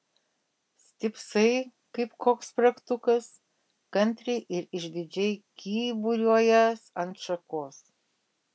stypsai kaip koks spragtukas kantriai ir išdidžiai kyburiuojąs ant šakos